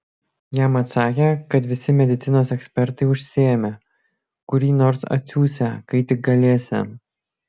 jam atsakė kad visi medicinos ekspertai užsiėmę kurį nors atsiųsią kai tik galėsią